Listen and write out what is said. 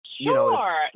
Sure